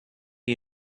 you